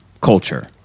culture